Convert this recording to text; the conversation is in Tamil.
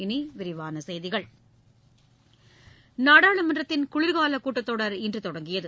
இனி விரிவான செய்திகள் நாடாளுமன்றத்தின் குளி்கால கூட்டத்தொடர் இன்று தொடங்கியது